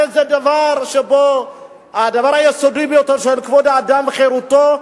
הרי זה דבר שבו הדבר היסודי ביותר של כבוד האדם וחירותו,